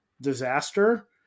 disaster